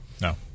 no